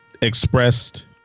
expressed